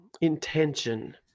intention